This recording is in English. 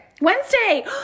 Wednesday